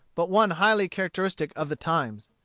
but one highly characteristic of the times.